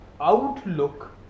outlook